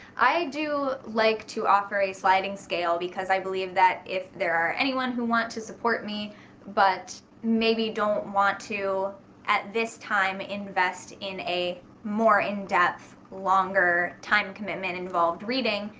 i do like to offer a sliding scale because i believe that if there are any one who wants to support me but maybe don't want to at this time invest in a more in-depth, longer time commitment, involved reading.